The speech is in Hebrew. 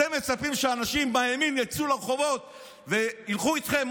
אתם מצפים שאנשים בימין יצאו לרחובות וילכו איתכם?